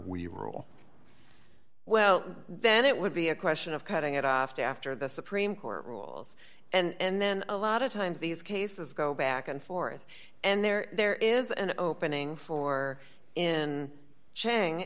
we rule well then it would be a question of cutting it off to after the supreme court rules and then a lot of times these cases go back and forth and there there is an opening for in chang